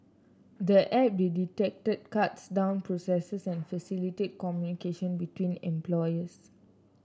the app they detected cuts down processes and facilitate communication between employees